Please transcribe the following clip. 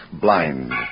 blind